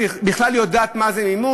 היא בכלל יודעת מה זה מימון?